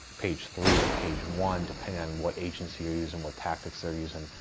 page three to page one, depending on what agency you're using, what tactics they're using,